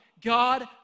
God